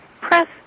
press